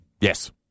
Yes